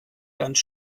ganz